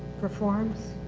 for forms?